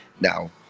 Now